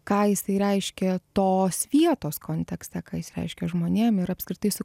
ką jisai reiškė tos vietos kontekste ką jis reiškė žmonėm ir apskritai su